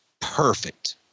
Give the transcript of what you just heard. perfect